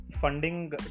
funding